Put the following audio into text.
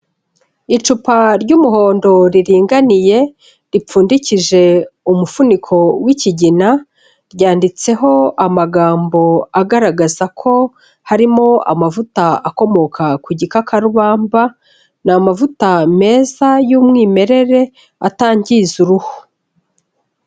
Icupa ry'umuhondo riringaniye ripfundikije umufuniko w'ikigina, ryanditseho amagambo agaragaza ko harimo amavuta akomoka ku gikakabamba, ni amavuta meza y'umwimerere atangiza uruhu.